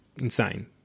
insane